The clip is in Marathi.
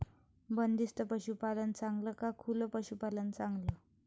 बंदिस्त पशूपालन चांगलं का खुलं पशूपालन चांगलं?